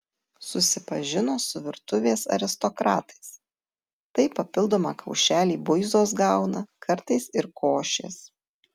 susipažino su virtuvės aristokratais tai papildomą kaušelį buizos gauna kartais ir košės